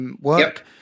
work